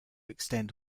extend